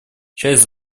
часть